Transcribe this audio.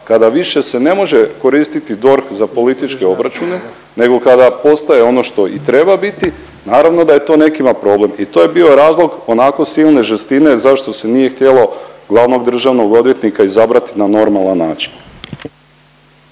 kada više se ne može koristiti DORH za političke obračune nego kada postaje ono što i treba biti naravno da je to nekima problem i to je bio razlog onako silne žestine zašto se nije htjelo glavnog državnog odvjetnika izabrati na normalan način.